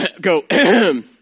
go